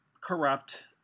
Corrupt